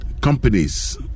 companies